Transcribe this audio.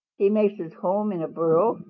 he makes his home in a burrow,